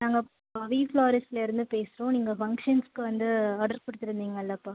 நாங்கள் பவி ஃப்ளாரிஸ்ட்லேருந்து பேசுகிறோம் நீங்கள் ஃபங்க்ஷன்ஸ்க்கு வந்து ஆடர் கொடுத்துருந்திங்க இல்லைப்பா